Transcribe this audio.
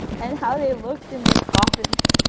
and how they looked in their coffins.